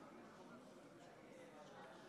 חברי וחברות